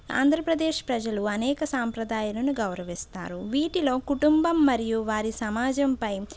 ఆంధ్రప్రదేశ్ ప్రజలు అనేక సాంప్రదాయాలను గౌరవిస్తారు వీటిలో కుటుంబం మరియు వారి సమాజంపై